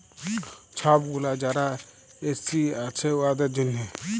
ছব গুলা যারা এস.সি আছে উয়াদের জ্যনহে